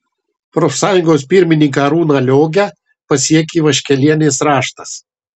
profsąjungos pirmininką arūną liogę pasiekė vaškelienės raštas